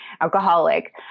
alcoholic